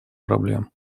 проблем